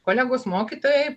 kolegos mokytojai